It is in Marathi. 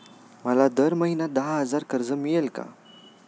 मला दर महिना दहा हजार कर्ज मिळेल का?